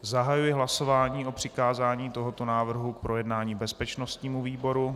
Zahajuji hlasování (číslo 31) o přikázání tohoto návrhu k projednání bezpečnostnímu výboru.